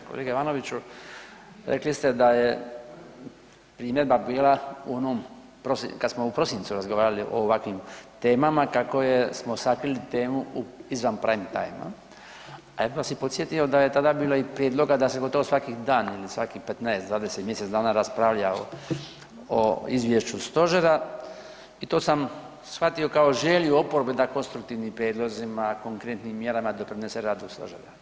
Kolega Ivanoviću, rekli ste da je primjedba bila u onom kao smo u prosincu razgovarali o ovakvim temama, kako smo sakrili temu izvan prime timea, a ja bih vas podsjetio da je tada bilo i prijedloga da se gotovo svaki dan ili svakih 15, 20, mjesec dana raspravlja o izvješću stožera i to sam shvatio kao želju oporbe da konstruktivnim prijedlozima, konkretnim mjerama doprinese radu stožera.